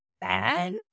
bad